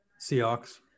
Seahawks